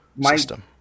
system